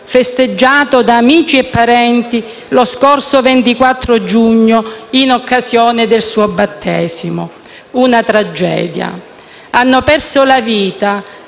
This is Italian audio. festeggiato da amici e parenti lo scorso 24 giugno in occasione del suo battesimo. Una tragedia. Hanno perso la vita